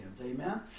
Amen